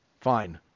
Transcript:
fine